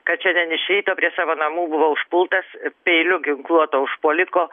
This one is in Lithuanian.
kad šiandien iš ryto prie savo namų buvo užpultas peiliu ginkluoto užpuoliko